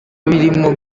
birimo